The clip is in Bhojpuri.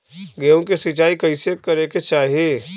गेहूँ के सिंचाई कइसे करे के चाही?